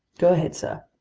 go ahead, sir.